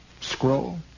scroll